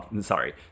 sorry